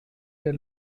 der